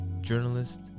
journalist